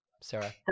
Sarah